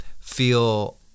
feel